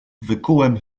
wykułem